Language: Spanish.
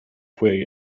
fue